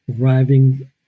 arriving